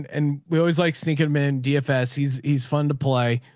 and we always like sneaking them in dfs. he's, he's fun to play.